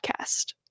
podcast